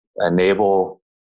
enable